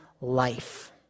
life